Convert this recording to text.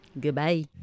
Goodbye